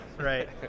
Right